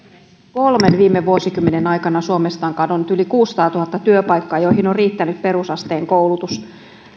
kolmen viime vuosikymmenen aikana suomesta on kadonnut yli kuusisataatuhatta työpaikkaa joihin on riittänyt perusasteen koulutus